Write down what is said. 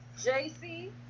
JC